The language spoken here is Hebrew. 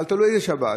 אבל תלוי איזו שבת.